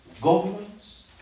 governments